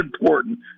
important